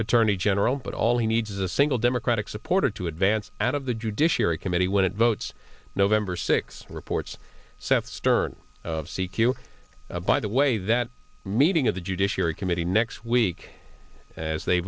attorney general but all he needs is a single democratic supporter to advance out of the judiciary committee when it votes november six reports sept stern of c q by the way that meeting of the judiciary committee next week as they